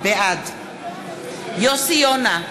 בעד יוסי יונה,